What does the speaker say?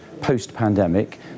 post-pandemic